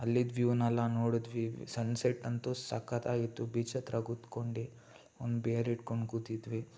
ಅಲ್ಲಿದ್ದ ವ್ಯೂವ್ನೆಲ್ಲ ನೋಡಿದ್ವಿ ಸನ್ ಸೆಟ್ ಅಂತೂ ಸಕತ್ತಾಗಿತ್ತು ಬೀಚತ್ರ ಕೂತ್ಕೊಂಡು ಒಂದು ಬಿಯರ್ ಹಿಡ್ಕೊಂಡು ಕೂತಿದ್ವಿ